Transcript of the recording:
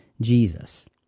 Jesus